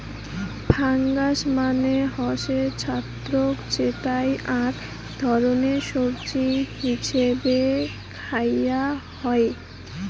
fungus মানে হসে ছত্রাক যেইটা আক ধরণের সবজি হিছেবে খায়া হই